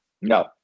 No